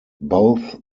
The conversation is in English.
both